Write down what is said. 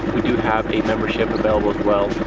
do have a membership available as well.